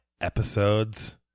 episodes